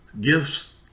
Gifts